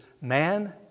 man